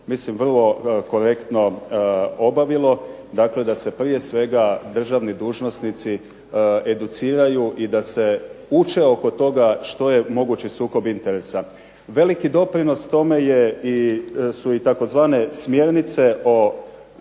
mislim vrlo korektno obavilo. Dakle, da se prije svega državni dužnosnici educiraju i da se uče oko toga što je mogući sukob interesa. Veliki doprinos tome su i tzv. smjernice o